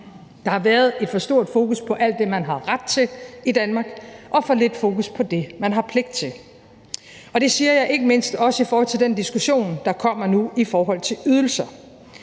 Der har været et for stort fokus på alt det, man har ret til i Danmark, og for lidt fokus på det, man har pligt til. Det siger jeg ikke mindst også i forhold til den diskussion, der kommer nu i forhold til ydelser.